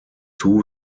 two